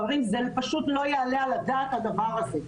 חברים, זה פשוט לא יעלה על הדעת הדבר הזה.